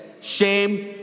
shame